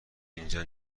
اینجا